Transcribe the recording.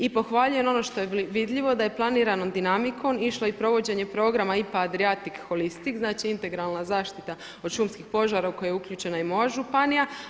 I pohvaljujem ono što je vidljivo da je planiranom dinamikom išlo i provođenje programa IPA Adriatic Holistic, znači integralna zaštita od šumskih požara u koje je uključena i moja županija.